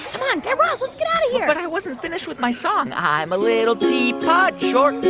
um ah guy raz, let's get out of here but i wasn't finished with my song. i'm a little teapot, short and.